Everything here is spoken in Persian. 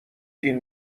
این